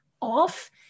off